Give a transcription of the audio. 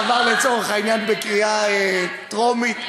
אחרי שעבר לצורך העניין בקריאה טרומית,